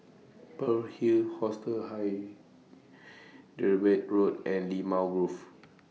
Pearl's Hill Hostel Road and Limau Grove